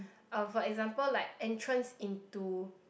um for example like entrance into